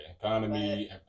economy